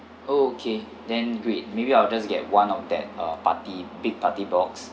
oh okay then great maybe I'll just get one of that uh party big party box